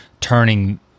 turning